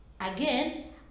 Again